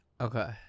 Okay